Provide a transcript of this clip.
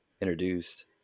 introduced